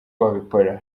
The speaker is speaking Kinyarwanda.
babikora